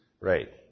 Right